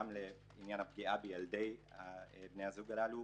גם לעניין הפגיעה בילדי בני הזוג הללו,